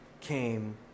came